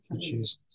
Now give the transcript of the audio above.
Jesus